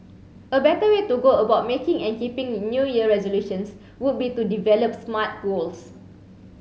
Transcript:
a better way to go about making and keeping in new year resolutions would be to develop smart goals